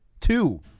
Two